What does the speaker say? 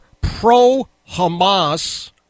pro-Hamas